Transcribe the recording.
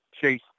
Chase